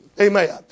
amen